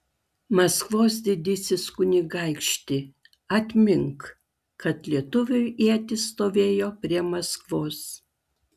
maskvos didysis kunigaikšti atmink kad lietuvių ietis stovėjo prie maskvos